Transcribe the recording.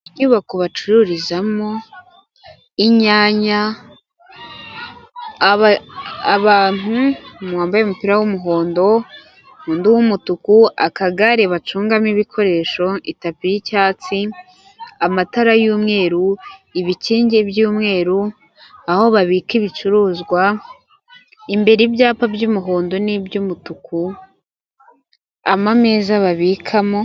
Inyubako bacururizamo inyanya umuntu wambaye umupira w'umuhondo n'undi w'umutuku, akagare bacungamo ibikoresho, itapi y'icyatsi amatara y'umweru, ibikingi by'umweru, aho babika ibicuruzwa, imbere ibyapa by'umuhondo n'ibyumutuku, ameza babikamo.